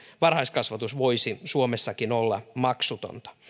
varhaiskasvatus voisi suomessakin olla maksutonta